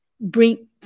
bring